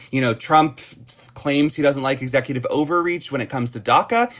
you know trump claims he doesn't like executive overreach when it comes to daca.